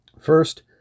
First